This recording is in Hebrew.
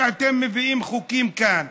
כשאתם מביאים חוקים לכאן,